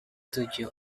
studio